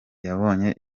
yabonye